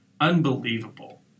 unbelievable